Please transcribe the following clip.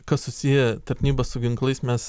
kas susiję tarnyba su ginklais mes